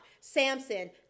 Samson